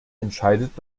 entscheidet